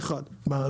מה?